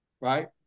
Right